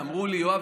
ואמרו לי: יואב,